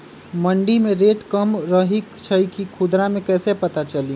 मंडी मे रेट कम रही छई कि खुदरा मे कैसे पता चली?